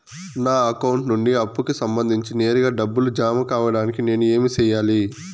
నా అకౌంట్ నుండి అప్పుకి సంబంధించి నేరుగా డబ్బులు జామ కావడానికి నేను ఏమి సెయ్యాలి?